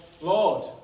Lord